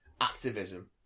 activism